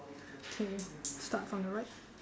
okay start from the right